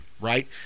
Right